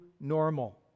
normal